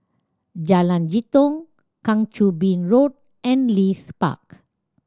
Jalan Jitong Kang Choo Bin Road and Leith Park